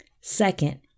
Second